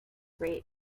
rate